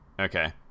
Okay